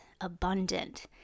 abundant